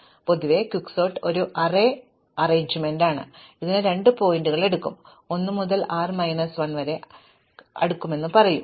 അതിനാൽ പൊതുവേ ദ്രുത അടുക്കൽ ഒരു അറേ എടുക്കും ഇതിന് രണ്ട് പോയിന്ററുകൾ എടുക്കും ഇത് l മുതൽ r മൈനസ് 1 വരെ അടുക്കുമെന്ന് പറയും